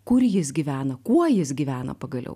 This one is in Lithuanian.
kur jis gyvena kuo jis gyvena pagaliau